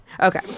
Okay